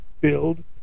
build